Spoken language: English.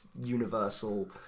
universal